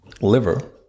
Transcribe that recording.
liver